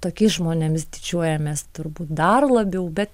tokiais žmonėmis didžiuojamės turbūt dar labiau bet